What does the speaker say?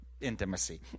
intimacy